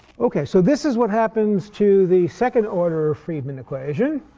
ok. so this is what happens to the second order friedmann equation.